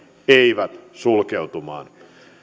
eivät sulkeutumaan